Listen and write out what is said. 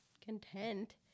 content